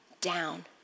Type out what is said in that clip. down